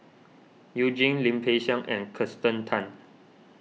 You Jin Lim Peng Siang and Kirsten Tan